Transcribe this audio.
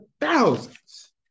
thousands